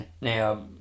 Now